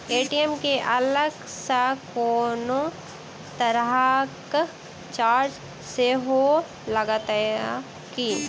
ATM केँ अलग सँ कोनो तरहक चार्ज सेहो लागत की?